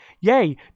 yay